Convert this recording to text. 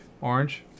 Orange